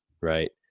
right